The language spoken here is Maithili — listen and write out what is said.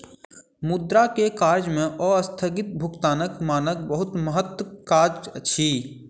मुद्रा के कार्य में अस्थगित भुगतानक मानक बहुत महत्वक काज अछि